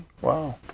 Wow